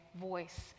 voice